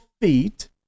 feet